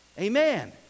Amen